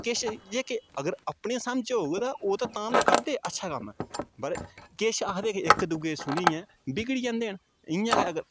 किश जेह्के अगर अपनी समझ होग ते ओह् ते तां ते करदे अच्छा क'म्म पर किश आखदे कि इक दूऐ दी सुनियै बिगड़ी जंदे न इ'यां गै अगर